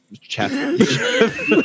Chef